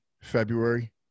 February